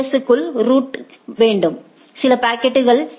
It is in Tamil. க்குள் ரூட் வேண்டும் சில பாக்கெட்டுகள் ஏ